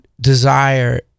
desire